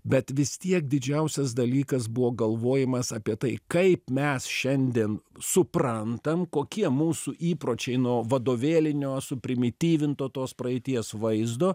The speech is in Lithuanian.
bet vis tiek didžiausias dalykas buvo galvojimas apie tai kaip mes šiandien suprantam kokie mūsų įpročiai nuo vadovėlinio suprimityvinto tos praeities vaizdo